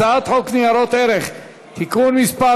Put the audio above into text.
הצעת חוק ניירות ערך (תיקון מס'